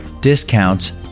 discounts